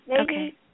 Okay